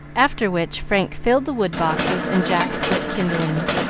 after which frank filled the woodboxes and jack split kindlings,